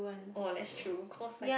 oh that's true cause like